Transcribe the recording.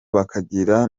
bakagira